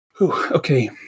Okay